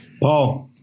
Paul